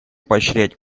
поощрять